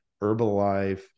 Herbalife